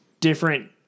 different